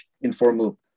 informal